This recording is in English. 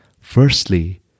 Firstly